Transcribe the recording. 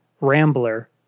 Rambler